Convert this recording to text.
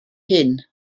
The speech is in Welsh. hyn